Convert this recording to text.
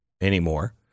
anymore